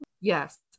Yes